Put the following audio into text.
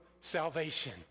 salvation